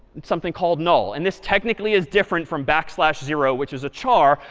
something called null. and this technically is different from backslash zero, which is a char.